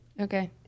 Okay